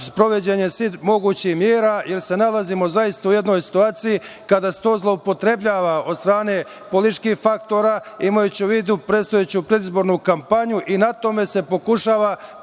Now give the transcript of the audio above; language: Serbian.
sprovođenjem svih mogućih mera, jer se nalazimo zaista u jednoj situaciji kada se to zloupotrebljava od strane političkih faktora imajući u vidu predstojeću predizbornu kampanju i na tome se pokušava